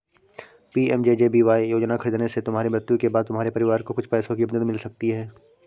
PMJJBY योजना खरीदने से तुम्हारी मृत्यु के बाद तुम्हारे परिवार को कुछ पैसों की मदद मिल सकती है